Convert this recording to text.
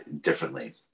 differently